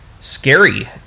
scary